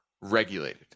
regulated